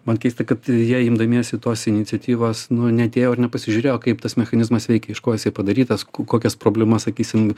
man keista kad jie imdamiesi tos iniciatyvos nu neatėjo ir nepasižiūrėjo kaip tas mechanizmas veikia iš ko jisai padarytas ko kokias problemas sakysim